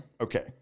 Okay